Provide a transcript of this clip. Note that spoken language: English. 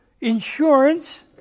insurance